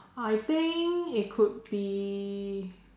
I think it could be